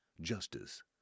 justice